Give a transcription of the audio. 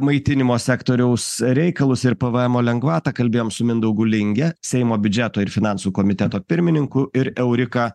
maitinimo sektoriaus reikalus ir pvmo lengvatą kalbėjom su mindaugu linge seimo biudžeto ir finansų komiteto pirmininku ir eurika